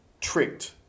tricked